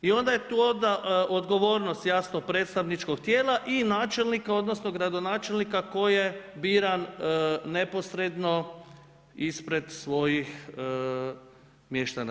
I onda je tu odgovornost, jasno predstavničkog tijela i načelnika, odnosno, gradonačelnika koji je biran neposredno ispred svojih mještana.